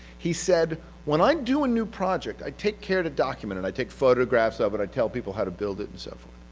he said when i'm doing new project, i take care to document it, and i take photographs of it, i tell people how to build it, and so forth.